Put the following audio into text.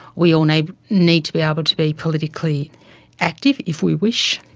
we all need need to be able to be politically active if we wish,